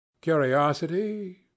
Curiosity